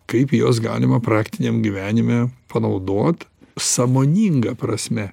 kaip juos galima praktiniam gyvenime panaudot sąmoninga prasme